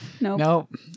Nope